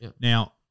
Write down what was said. Now